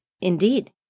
Indeed